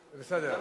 זה בסדר.